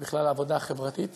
ובכלל העבודה החברתית,